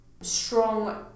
strong